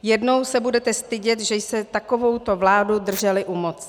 Jednou se budete stydět, že jste takovouto vládu drželi u moci.